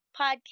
podcast